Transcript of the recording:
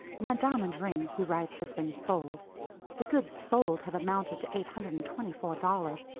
my diamond ring he writes has been sold the goods sold have amounted to eight hundred and twenty four dollars,